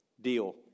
Deal